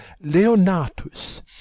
Leonatus